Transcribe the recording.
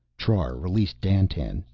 trar released dandtan,